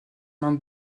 mains